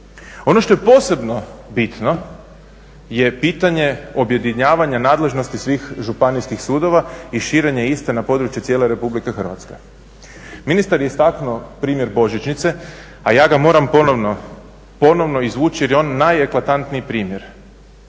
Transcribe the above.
Ono što je posebno bitno je pitanje objedinjavanja nadležnosti svih županijskih sudova i širenje iste na području cijele RH. Ministar je istaknuo primjer božićnice, a ja ga moram ponovno izvući jer je on najeklatantniji primjer.